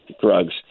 drugs